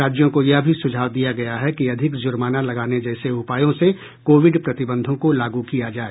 राज्यों को यह भी सुझाव दिया गया है कि अधिक जुर्माना लगाने जैसे उपायों से कोविड प्रतिबंधों को लागू किया जाए